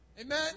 Amen